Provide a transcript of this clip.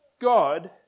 God